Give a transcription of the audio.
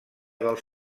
dels